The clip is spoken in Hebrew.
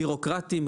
ביורוקרטיים,